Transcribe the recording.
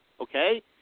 okay